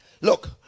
Look